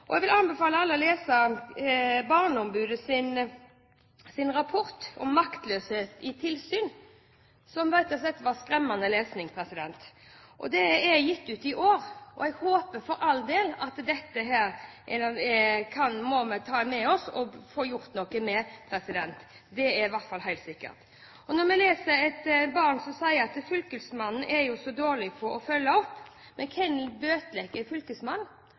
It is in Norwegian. bekymringsfullt. Jeg vil anbefale alle å lese Barneombudets rapport «Maktesløst tilsyn» som rett og slett var skremmende lesing. Den er gitt ut i år, og dette må vi for all del ta med oss og få gjort noe med. Det er i hvert fall helt sikkert. Vi leser om et barn som sier: «Fylkesmannen er jo så dårlig på å følge opp. Hvem bøtelegger fylkesmannen?»